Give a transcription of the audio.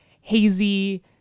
hazy